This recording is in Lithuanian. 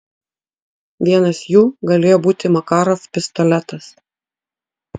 vienas jų galėjo būti makarov pistoletas